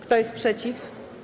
Kto jest przeciw?